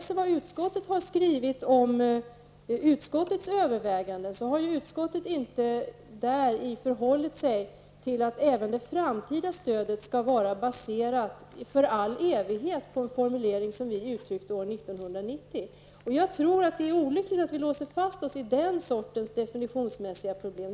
I sina överväganden har inte utskottet sagt att det framtida stödet för all evighet skall baseras på en formulering som vi gjorde 1990. Jag tror det är olyckligt om vi låser oss fast i den sortens definitionsmässiga problem.